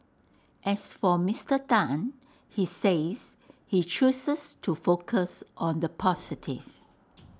as for Mister Tan he says he chooses to focus on the positive